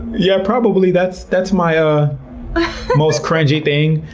yeah probably that's that's my ah most cringey thing.